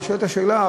נשאלת השאלה,